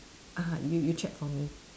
ah you you check for me